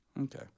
Okay